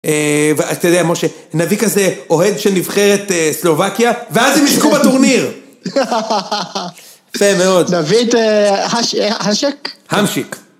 אתה יודע, משה, נביא כזה אוהד של נבחרת סלובקיה, ואז הם יזכו בטורניר! יפה מאוד. תביא את השק? המשיק.